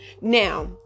now